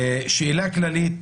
שאלה כללית,